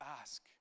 ask